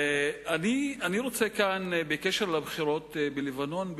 אני רוצה לומר כאן בקשר לבחירות בלבנון,